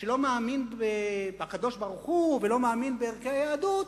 שלא מאמין בקדוש-ברוך-הוא ולא מאמין בערכי היהדות,